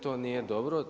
To nije dobro.